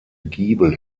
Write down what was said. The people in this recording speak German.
giebel